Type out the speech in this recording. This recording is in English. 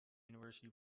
university